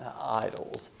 idols